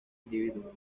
individuo